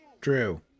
Drew